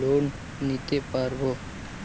Loan নিতে পারব?